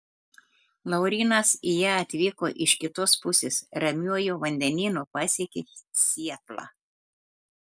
laurynas į ją atvyko iš kitos pusės ramiuoju vandenynu pasiekė sietlą